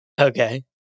Okay